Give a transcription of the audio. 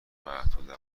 محدوده